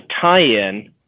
tie-in